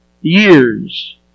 Years